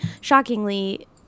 shockingly